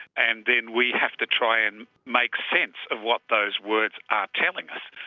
and then we have to try and make sense of what those words are telling us.